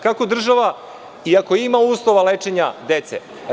Kako država, iako ima uslova lečenja dece…